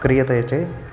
क्रियते चेत्